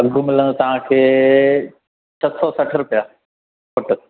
बिल्कुल मिलंदव तव्हांखे छह सौ सठि रुपया फ़ुटु